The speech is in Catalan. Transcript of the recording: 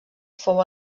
fou